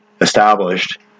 established